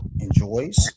enjoys